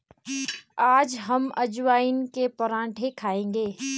आज हम अजवाइन के पराठे खाएंगे